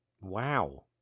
Wow